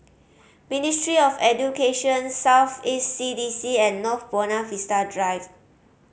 Ministry of Education South East C D C and North Buona Vista Drive